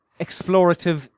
explorative